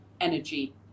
energy